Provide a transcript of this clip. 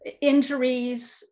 injuries